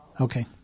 Okay